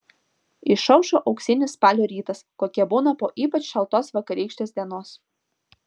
išaušo auksinis spalio rytas kokie būna po ypač šaltos vakarykštės dienos